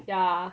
yeah